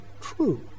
true